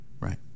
Right